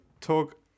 talk